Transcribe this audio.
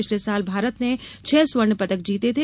पिछले साल भारत ने छह स्वर्ण पदक जीते थे